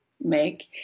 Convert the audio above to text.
make